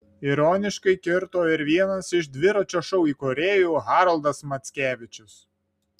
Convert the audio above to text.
ironiškai kirto ir vienas iš dviračio šou įkūrėjų haroldas mackevičius